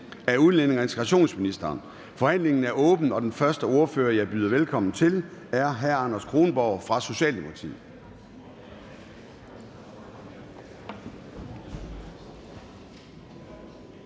Forhandling Formanden (Søren Gade): Forhandlingen er åbnet, og den første ordfører, jeg byder velkommen til, er hr. Anders Kronborg fra Socialdemokratiet.